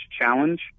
challenge